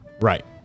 Right